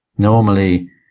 Normally